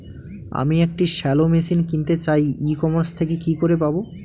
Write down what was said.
আমি একটি shallow machine কিনতে চাই ই কমার্স থেকে কি করে পাবো?